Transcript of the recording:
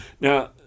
Now